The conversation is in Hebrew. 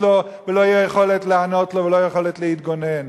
לו ולא תהיה יכולת לענות לו ולא יכולת להתגונן.